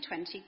2020